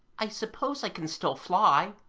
i suppose i can still fly